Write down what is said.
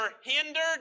hindered